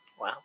Wow